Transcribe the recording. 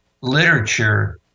literature